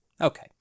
Okay